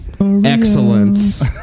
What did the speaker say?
Excellence